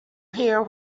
hear